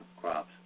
crops